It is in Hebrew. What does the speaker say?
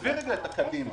עזבי רגע את הקדימה.